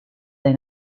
dai